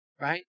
Right